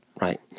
Right